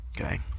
Okay